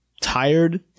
tired